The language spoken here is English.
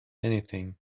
anything